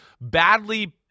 badly –